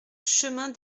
chemin